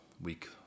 week